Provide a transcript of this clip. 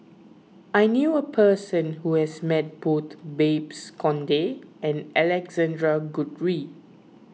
I knew a person who has met both Babes Conde and Alexander Guthrie